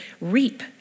reap